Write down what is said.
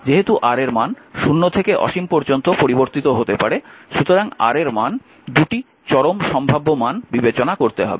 যেহেতু R এর মান 0 থেকে অসীম পর্যন্ত পরিবর্তিত হতে পারে সুতরাং R এর 2টি চরম সম্ভাব্য মান বিবেচনা করতে হবে